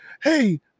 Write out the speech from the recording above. Hey